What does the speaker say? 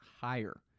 higher